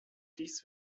dies